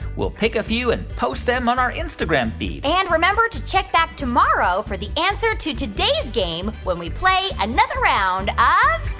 we'll pick a few and post them on our instagram feed and remember to check back tomorrow for the answer to today's game, when we play another round ah